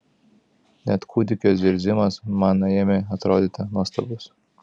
net kūdikio zirzimas man ėmė atrodyti nuostabus